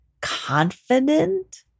confident